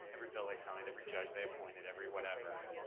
every bill they signed, every judge they appointed, every whatever,